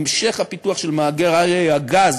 המשך הפיתוח של מאגרי הגז